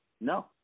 No